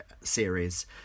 series